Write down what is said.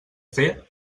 fer